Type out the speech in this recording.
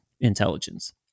intelligence